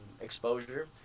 exposure